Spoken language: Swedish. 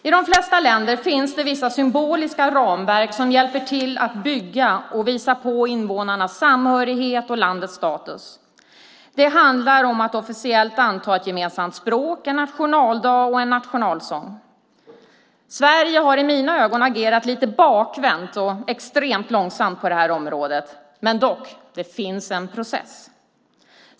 I de flesta länder finns det vissa symboliska ramverk som hjälper till att bygga och visa på invånarnas samhörighet och landets status. Det handlar om att officiellt anta ett gemensamt språk, en nationaldag och en nationalsång. Sverige har i mina ögon agerat lite bakvänt och extremt långsamt på detta område. Men det finns en process.